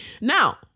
Now